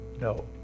no